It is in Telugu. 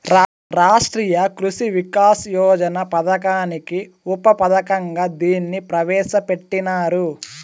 రాష్ట్రీయ కృషి వికాస్ యోజన పథకానికి ఉప పథకంగా దీన్ని ప్రవేశ పెట్టినారు